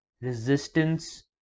resistance